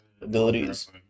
abilities